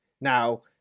Now